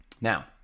Now